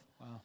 Wow